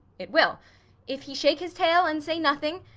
it will if he shake his tail and say nothing,